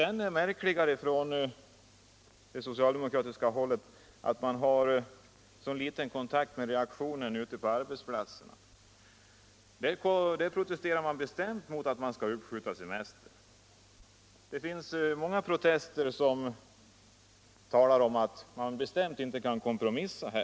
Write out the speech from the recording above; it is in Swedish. Ännu märkligare är att man på socialdemokratiskt håll har så litet kontakt med reaktionen från arbetarna ute på arbetsplatserna. Där protesterar man bestämt mot att behöva uppskjuta denna semester. I många protester talas det om att man inte kan kompromissa här.